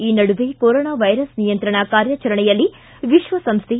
ಈ ನಡುವೆ corona virus ನಿಯಂತ್ರಣ ಕಾರ್ಯಾಚರಣೆಯಲ್ಲಿ ವಿಶ್ವಸಂಸ್ಥೆ